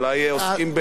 אולי עוסקים,